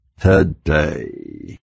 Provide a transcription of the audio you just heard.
today